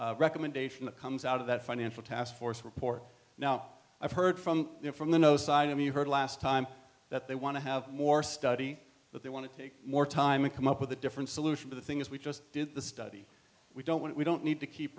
first recommendation that comes out of that financial task force report now i've heard from from the no side i mean you heard last time that they want to have more study but they want to take more time and come up with a different solution to the things we just did the study we don't want we don't need to keep